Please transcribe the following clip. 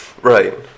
Right